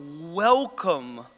welcome